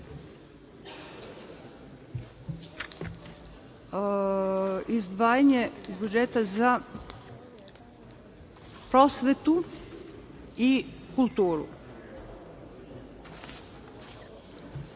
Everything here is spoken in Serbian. izdvajanju iz budžeta za prosvetu i kulturu.